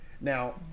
Now